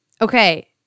Okay